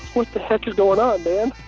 what the heck is going on man?